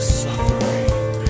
suffering